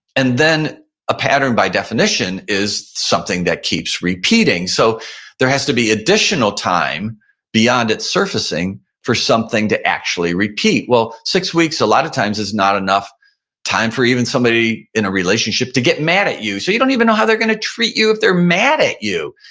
and then a pattern by definition is something that keeps repeating. so there has to be additional time beyond it surfacing for something to actually repeat. well, six weeks, a lot of times is not enough time for even somebody in a relationship to get mad at you. so you don't even know how they're going to treat you if they're mad at you.